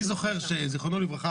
אני זוכר שזיכרונו לברכה,